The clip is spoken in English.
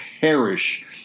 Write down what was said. perish